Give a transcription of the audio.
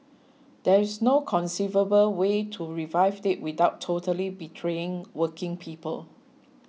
there is no conceivable way to revive it without totally betraying working people